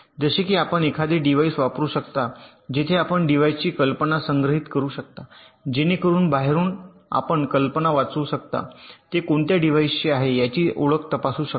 जसे की आपण एखादे डिव्हाइस वापरू शकता जेथे आपण डिव्हाइसची कल्पना संग्रहित करू शकता जेणेकरून बाहेरून आपण कल्पना वाचू शकता आणि ते कोणत्या डिव्हाइसचे आहे याची ओळख तपासू शकता